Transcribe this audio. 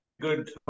good